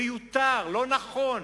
מיותר, לא נכון,